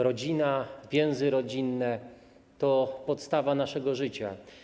Rodzina, więzi rodzinne to podstawa naszego życia.